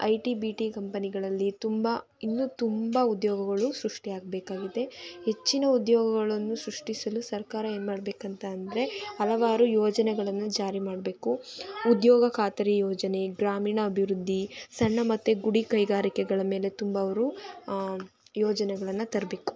I T B T ಕಂಪೆನಿಗಳಲ್ಲಿ ತುಂಬ ಇನ್ನೂ ತುಂಬ ಉದ್ಯೋಗಗಳು ಸೃಷ್ಟಿ ಆಗಬೇಕಾಗಿದೆ ಹೆಚ್ಚಿನ ಉದ್ಯೋಗಗಳನ್ನು ಸೃಷ್ಟಿಸಲು ಸರ್ಕಾರ ಏನು ಮಾಡ್ಬೇಕು ಅಂತ ಅಂದರೆ ಹಲವಾರು ಯೋಜನೆಗಳನ್ನು ಜಾರಿ ಮಾಡಬೇಕು ಉದ್ಯೋಗ ಖಾತರಿ ಯೋಜನೆ ಗ್ರಾಮೀಣ ಅಭಿವೃದ್ಧಿ ಸಣ್ಣ ಮತ್ತು ಗುಡಿ ಕೈಗಾರಿಕೆಗಳ ಮೇಲೆ ತುಂಬ ಅವರು ಯೋಜನೆಗಳನ್ನು ತರಬೇಕು